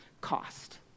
cost